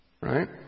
Right